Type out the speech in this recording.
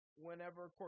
Whenever